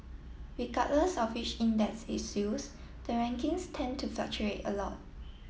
regardless of which index is used the rankings tend to fluctuate a lot